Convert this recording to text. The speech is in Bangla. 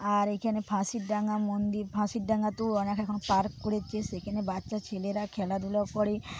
আর এখানে ফাঁসির ডাঙা মন্দির ফাঁসির ডাঙাতেও ওরা এখন পার্ক করেছে সেখানে বাচ্চা ছেলেরা খেলাধুলো করে